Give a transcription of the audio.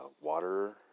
water